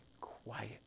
quiet